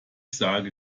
sage